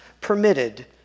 permitted